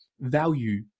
value